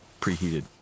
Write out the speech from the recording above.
preheated